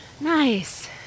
Nice